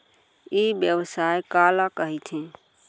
ई व्यवसाय काला कहिथे?